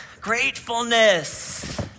Gratefulness